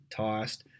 tossed